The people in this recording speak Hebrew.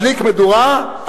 מדליק מדורה,